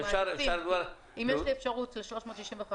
אנחנו מעדיפים כי אם יש אפשרות ל-365,